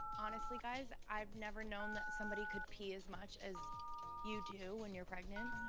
honestly, guys, i've never known that somebody could pee as much as you do when you're pregnant.